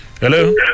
Hello